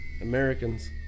Americans